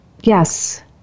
Yes